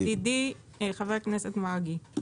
ידידי חבר הכנסת מרגי,